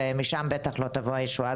ומשם בטח לא תבוא הישועה.